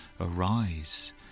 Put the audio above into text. arise